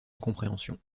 incompréhension